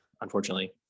unfortunately